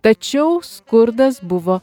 tačiau skurdas buvo